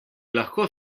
lahko